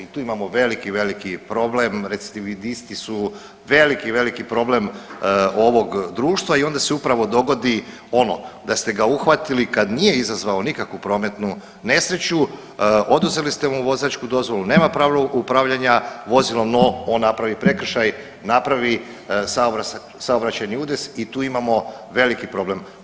I tu imamo veliki, veliki problem, recidivisti su veliki, veliki problem ovog društva i onda se upravo dogodi ono da ste ga uhvatili kad nije izazvao nikakvu prometnu nesreću, oduzeli ste mu vozačku dozvolu, nema pravo upravljanja vozilom, no on napravi prekršaj, napravi saobraćajni udes i tu imamo veliki problem.